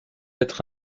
être